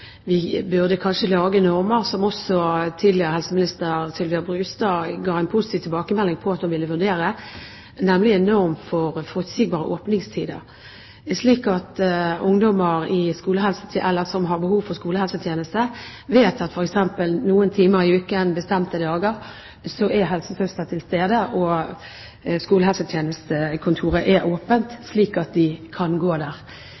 burde lage normer, og tidligere helseminister Sylvia Brustad ga en positiv tilbakemelding på at hun ville vurdere en norm for forutsigbare åpningstider, slik at ungdommer som har behov for skolehelsetjeneste, vet at f.eks. noen timer i uken bestemte dager er helsesøster til stede og skolehelsetjenestekontoret åpent, slik at de kan gå